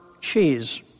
Cheese